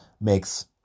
makes